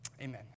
amen